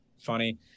funny